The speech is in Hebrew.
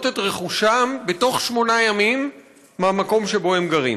את רכושם בתוך שמונה ימים מהמקום שבו הם גרים.